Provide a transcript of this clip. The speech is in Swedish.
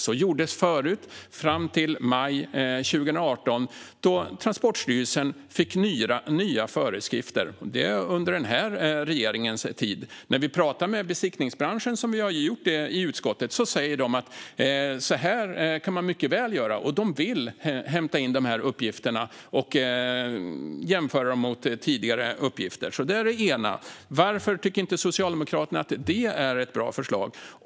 Så gjordes förut fram till maj 2018 då Transportstyrelsen fick nya föreskrifter. Det är under den här regeringens tid. Vi i utskottet har talat med besiktningsbranschen, och de säger att man mycket väl kan göra så. De vill hämta in de här uppgifterna och jämföra dem med tidigare uppgifter. Varför tycker Socialdemokraterna inte att detta är ett bra förslag?